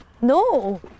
no